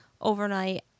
overnight